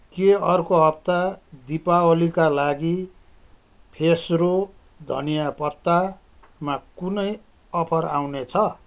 के अर्को हप्ता दिपावलीका लागि फ्रेसो धनिया पत्तामा कुनै अफर आउने छ